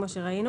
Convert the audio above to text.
כמו שראינו